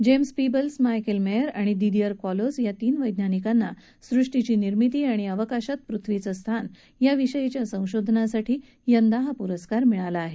James Peebles Michel Mayor आणि Didier Queloz या तीन वैज्ञानिकांना सृष्टीची निर्मिती आणि अवकाशात पृथ्वीचं स्थान याविषयीच्या संशोधनासाठी यंदा हा प्रस्कार मिळाला आहे